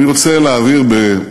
אני רוצה להבהיר לא רק